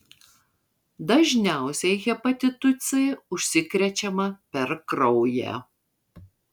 dažniausiai hepatitu c užsikrečiama per kraują